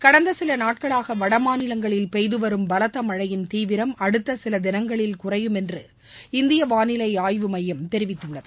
கடந்த சில நாட்களாக வடமாநிலங்களில் பெய்துவரும் பலத்த மழையின் தீவிரம் அடுத்த சில நாட்களில் குறையும் என்று இந்திய வானிலை ஆய்வு நிறுவனம் தெரிவித்துள்ளது